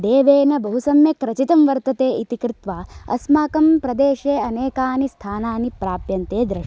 देवेन बहु सम्यक् रचितं वर्तते इति कृत्वा अस्माकं प्रदेशे अनेकानि स्थानानि प्राप्यन्ते द्रष्टुम्